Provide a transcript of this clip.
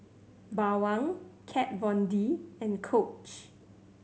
Bawang Kat Von D and Coach